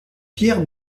pierre